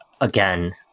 again